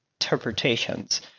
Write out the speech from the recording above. interpretations